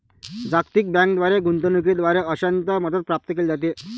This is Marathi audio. जागतिक बँकेद्वारे गुंतवणूकीद्वारे अंशतः मदत प्राप्त केली जाते